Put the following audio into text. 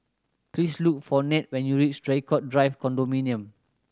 please look for Ned when you reach Draycott Drive Condominium